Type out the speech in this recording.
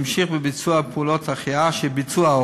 והמשיך בביצוע פעולות ההחייאה שביצעו